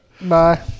Bye